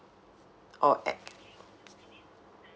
or at